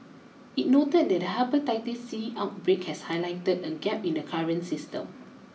it noted that the Hepatitis C outbreak has highlighted a gap in the current system